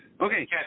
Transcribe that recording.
Okay